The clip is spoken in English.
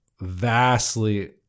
vastly